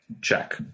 Check